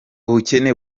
ubukene